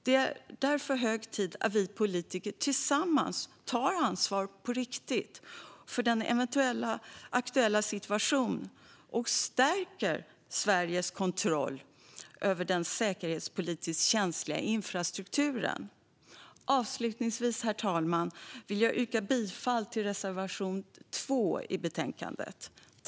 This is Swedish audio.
Det är därför hög tid att vi politiker tillsammans tar ansvar på riktigt för den aktuella situationen för att stärka Sveriges kontroll över den säkerhetspolitiskt känsliga infrastrukturen. Avslutningsvis, herr talman, vill jag yrka bifall till reservation 2 i betänkandet.